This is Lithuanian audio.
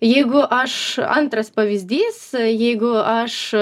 jeigu aš antras pavyzdys jeigu aš